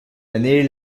années